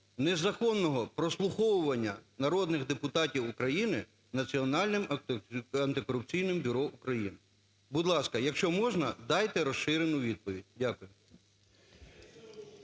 незаконного прослуховування народних депутатів України Національним антикорупційним бюро України? Будь ласка, якщо можна, дайте розширену відповідь. Дякую.